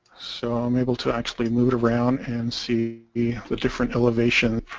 so i'm able to actually move around and see ii the different elevation